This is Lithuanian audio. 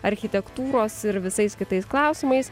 architektūros ir visais kitais klausimais